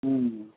ہوں